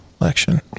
election